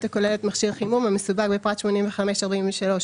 הכוללת מכשיר חימום המסווג בפרט 85.43.708100,